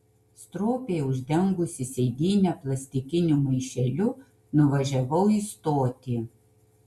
stropiai uždengusi sėdynę plastikiniu maišeliu nuvažiavau į stotį